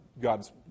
God's